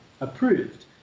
approved